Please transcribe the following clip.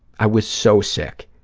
i was so sick.